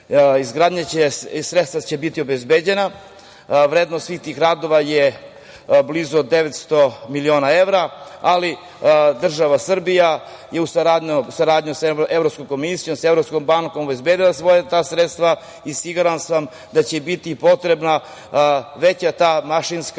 Sredstva će biti obezbeđena. Vrednost svih tih radova blizu 900 miliona evra, ali država Srbije je u saradnji sa Evropskom komisijom, sa Evropskom bankom obezbedila ta sredstva i siguran sam da će biti potrebna veća mašinska